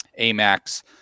AMAX